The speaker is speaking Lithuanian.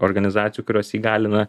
organizacijų kurios įgalina